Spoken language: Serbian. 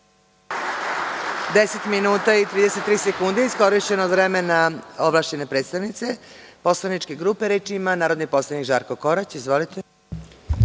minuta i 33 sekunde iskorišćeno je od vremena ovlašćene predstavnice, poslaničke grupe. Reč ima narodni poslanik Žarko Korać. Izvolite.